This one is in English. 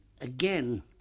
again